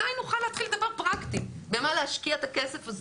מתי נוכל להתחיל לדבר פרקטית במה להשקיע את הכסף הזה?